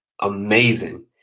amazing